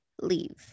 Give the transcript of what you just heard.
leave